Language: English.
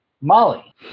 Molly